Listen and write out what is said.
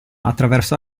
attraverso